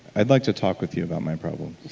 i'd like to talk with you about my problems